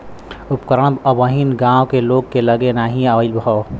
उपकरण अबहिन गांव के लोग के लगे नाहि आईल हौ